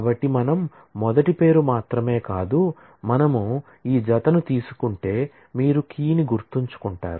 కాబట్టి మనం మొదటి పేరు మాత్రమే కాదు మనం ఈ జతను తీసుకుంటే మీరు కీ ని గుర్తుంచుకుంటారు